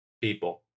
people